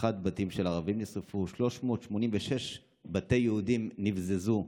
בית אחד של ערבים נשרף, 386 בתי יהודים נבזזו,